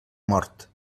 mort